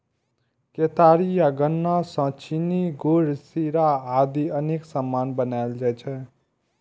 केतारी या गन्ना सं चीनी, गुड़, शीरा आदि अनेक सामान बनाएल जाइ छै